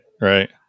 right